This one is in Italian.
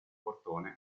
portone